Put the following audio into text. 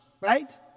right